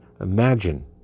imagine